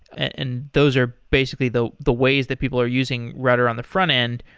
and those are basically the the ways that people are using rudder on the frontend.